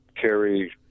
carry